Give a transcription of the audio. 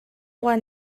гуай